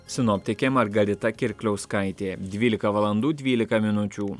sinoptikė margarita kirkliauskaitė dvylika valandų dvylika minučių